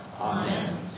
Amen